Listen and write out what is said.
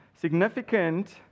significant